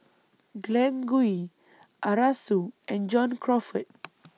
Glen Goei Arasu and John Crawfurd